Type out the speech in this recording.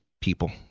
people